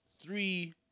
three